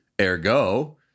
Ergo